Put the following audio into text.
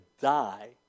die